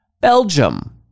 Belgium